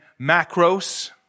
macros